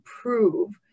prove